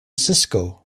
cisco